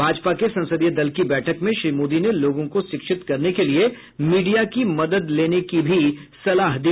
भाजपा के संसदीय दल की बैठक में श्री मोदी ने लोगों को शिक्षित करने के लिए मीडिया की मदद लेने की भी सलाह दी